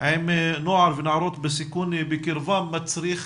עם נוער ונערות בסיכון בקרבם מצריך